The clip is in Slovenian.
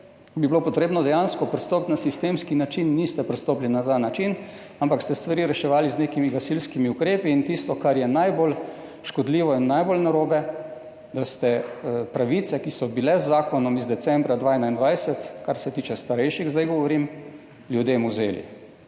bi bilo treba dejansko pristopiti na sistemski način, niste pristopili na ta način, ampak ste stvari reševali z nekimi gasilskimi ukrepi. In to, kar je najbolj škodljivo in najbolj narobe, je, da ste pravice, ki so bile [pridobljene] z zakonom iz decembra 2021, zdaj govorim glede starejših, ljudem vzeli.